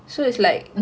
okay